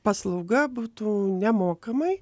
paslauga būtų nemokamai